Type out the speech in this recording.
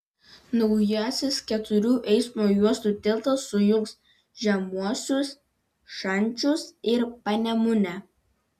naujasis keturių eismo juostų tiltas sujungs žemuosius šančius ir panemunę